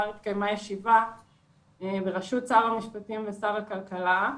התקיימה ישיבה בראשות שר המשפטים ושר הכלכלה,